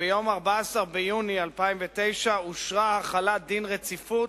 ב-14 ביוני 2009 אושרה החלת דין רציפות